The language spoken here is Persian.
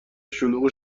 شلوغ